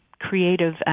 creative